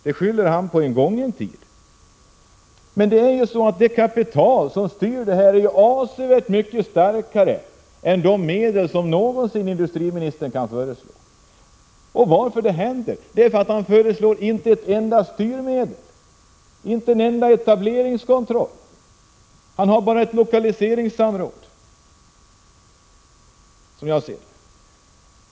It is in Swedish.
Detta skyller han på en gången tid, men det kapital som styr allt detta är avsevärt mycket starkare än de medel som industriministern någonsin kan föreslå. Att detta händer beror på att han inte föreslår ett enda styrmedel, inte en enda etableringskontroll — han har bara ett lokaliseringssamråd, som jag ser det.